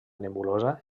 nebulosa